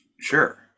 Sure